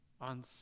on